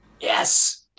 yes